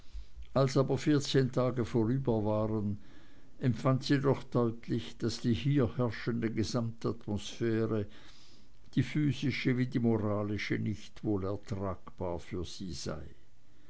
als aber vierzehn tage vorüber waren empfand sie doch deutlich daß die hier herrschende gesamtatmosphäre die physische wie die moralische nicht wohl ertragbar für sie sei